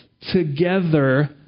together